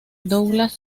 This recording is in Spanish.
douglas